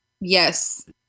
Yes